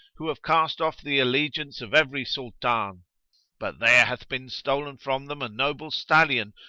who have cast off the allegiance of every sultan. but there hath been stolen from them a noble stallion,